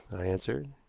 i answered.